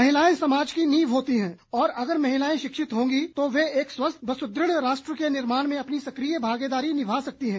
महिलाएं समाज की नींव होती हैं और अगर महिलाएं शिक्षित होंगी तो वे एक स्वस्थ व सुदृढ राष्ट्र के निर्माण में अपनी सक्रिय भागीदारी निभा सकती हैं